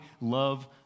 love